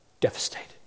devastated